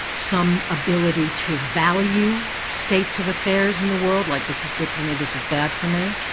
some ability to value states of affairs in the world like this is good for me, this is bad for me.